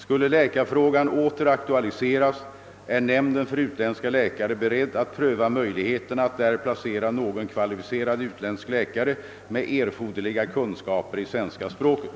Skulle frågan åter aktualiseras är nämnden för utländska läkare beredd att pröva möjligheterna att där placera någon kvalificerad utländsk läkare med erforderliga kunskaper i svenska språket.